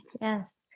yes